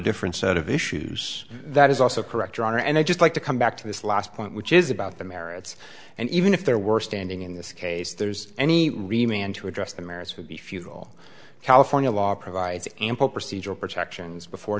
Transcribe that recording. different set of issues that is also correct your honor and i'd just like to come back to this last point which is about the merits and even if there were standing in this case there's any remain to address the merits would be futile california law provides ample procedural protections before